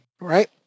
right